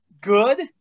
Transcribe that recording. good